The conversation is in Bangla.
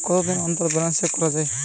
কতদিন অন্তর ব্যালান্স চেক করা য়ায়?